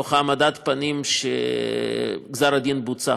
תוך העמדת פנים שגזר הדין בוצע,